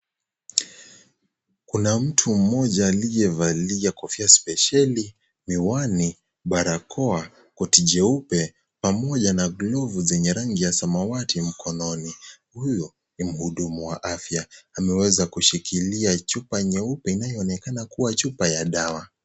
Kuna mtu mmoja aliye valia kofia spesheli, miwani, barakoa, koti jeupe pamoja na glovu zenye rangi ya samawati mkononi. Huyo ni mhudumu wa afya ameweza kushikilia chupa nyeupe inayoonekana kuwa chupa ya dawa.